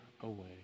away